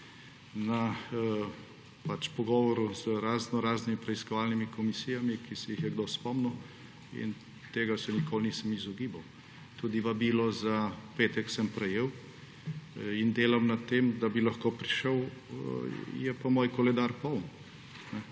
na pogovoru z raznoraznimi preiskovalnimi komisijami, ki se jih je kdo spomnil. In tega se nikoli nisem izogibal. Tudi vabilo za petek sem prejel in delam na tem, da bi lahko prišel. Je pa moj koledar poln.